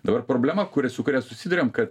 dabar problema kuri su kuria susiduriam kad